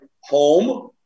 home